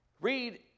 Read